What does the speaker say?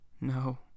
No